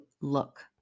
look